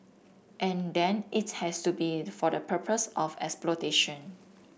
and then it has to be for the purpose of exploitation